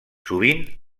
sovint